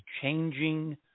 changing